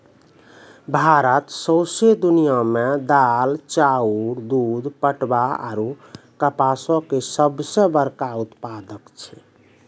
भारत सौंसे दुनिया मे दाल, चाउर, दूध, पटवा आरु कपासो के सभ से बड़का उत्पादक छै